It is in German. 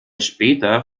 später